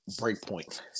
breakpoint